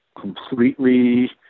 completely